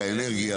האנרגיה,